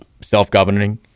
self-governing